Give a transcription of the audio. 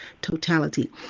totality